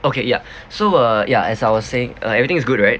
okay ya so uh ya as I was saying uh everything is good right